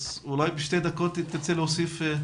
אז אולי בשתי דקות תרצה להוסיף?